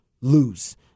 lose